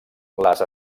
les